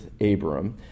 Abram